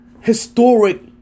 historic